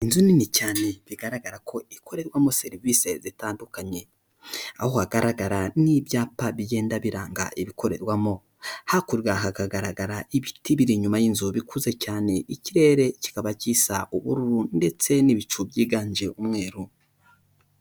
Inzu nini cyane bigaragara ko ikorerwamo serivisi zitandukanye, aho hagaragara n'ibyapa bigenda biranga ibikorerwamo, hakurya hakagaragara ibiti biri inyuma y'inzu ikuze cyane, ikirere kikaba gisa ubururu ndetse n'ibicu byiganje umweru.